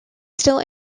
still